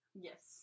Yes